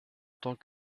tant